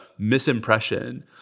misimpression